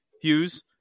Hughes